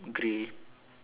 grey